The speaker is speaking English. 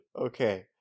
Okay